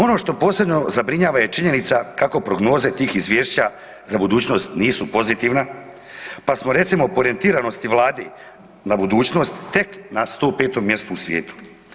Ono što posebno zabrinjava je činjenica kako prognoze tih izvješća za budućnost nisu pozitivne pa smo recimo po orijentiranosti Vlade na budućnost tek na 105. mjestu u svijetu.